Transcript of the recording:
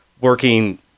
working